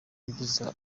ibyiza